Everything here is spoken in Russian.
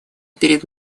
перед